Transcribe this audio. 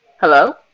Hello